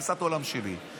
בתפיסת העולם שלי,